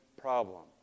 problem